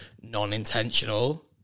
non-intentional